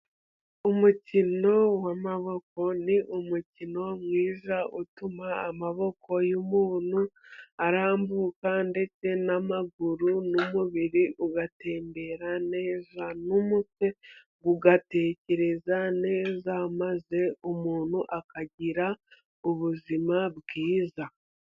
Umukino w'amaboko ni umukino mwiza utuma amaboko y'umuntu arambuka, ndetse n'amaguru, n'umubiri ugatembera neza, umutwe ugatekereza neza, maze umuntu akagira ubuzima bwiza.